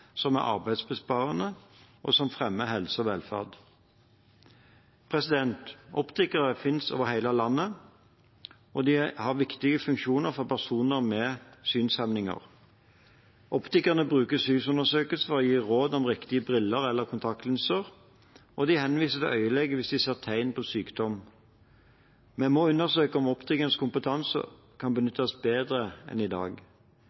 som er arbeidsbesparende og fremmer helse og velferd. Optikere finnes over hele landet, og de har viktige funksjoner for personer med synshemming. Optikere bruker synsundersøkelser for å gi råd om riktige briller eller kontaktlinser, og de henviser til øyelege hvis de ser tegn på sykdom. Vi må undersøke om optikernes kompetanse kan benyttes bedre enn i dag.